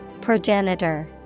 Progenitor